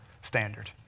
standard